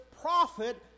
prophet